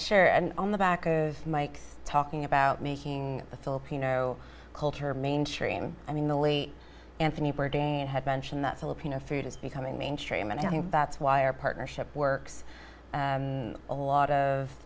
sure and on the back of mike's talking about making the filipino culture mainstream i mean the lee anthony had mentioned that filipino food is becoming mainstream and i think that's why our partnership works and a lot of